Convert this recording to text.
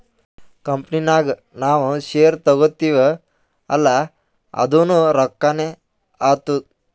company ನಾಗ್ ನಾವ್ share ತಗೋತಿವ್ ಅಲ್ಲಾ ಅದುನೂ ರೊಕ್ಕಾನೆ ಆತ್ತುದ್